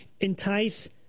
entice